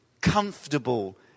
comfortable